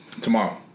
Tomorrow